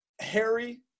Harry